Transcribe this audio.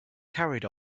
carried